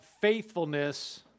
faithfulness